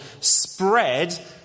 spread